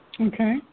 Okay